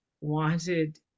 wanted